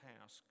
task